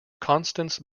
constance